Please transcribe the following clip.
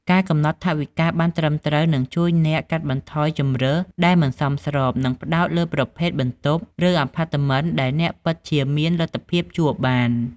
ការកំណត់ថវិកាបានត្រឹមត្រូវនឹងជួយអ្នកកាត់បន្ថយជម្រើសដែលមិនសមស្រប និងផ្ដោតលើប្រភេទបន្ទប់ ឬអាផាតមិនដែលអ្នកពិតជាមានលទ្ធភាពជួលបាន។